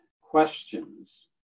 questions